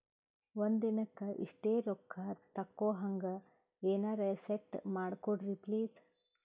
ಒಂದಿನಕ್ಕ ಇಷ್ಟೇ ರೊಕ್ಕ ತಕ್ಕೊಹಂಗ ಎನೆರೆ ಸೆಟ್ ಮಾಡಕೋಡ್ರಿ ಪ್ಲೀಜ್?